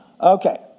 Okay